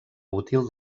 útil